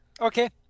Okay